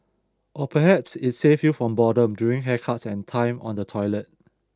or perhaps it saved you from boredom during haircuts and time on the toilet